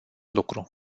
lucru